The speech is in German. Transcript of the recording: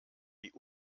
wie